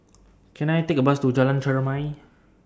Can I Take A Bus to Jalan Chermai